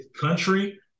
country